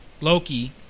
Loki